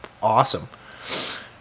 awesome